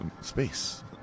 space